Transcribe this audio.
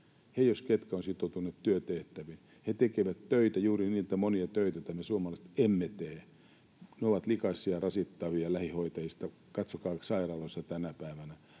he, jos ketkä, ovat sitoutuneet työtehtäviin. He tekevät töitä, juuri niitä monia töitä, joita me suomalaiset emme tee — ne ovat likaisia, rasittavia. Katsokaa sairaaloissa tänä päivänä